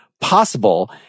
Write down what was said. possible